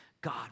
God